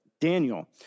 Daniel